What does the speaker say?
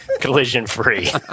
collision-free